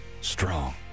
strong